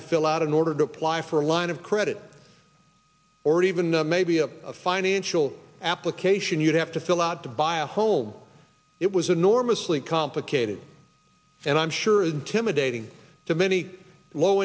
to fill out in order to apply for a line of credit or even maybe a financial application you'd have to fill out to buy a home it was enormously complicated and i'm sure intimidating to many low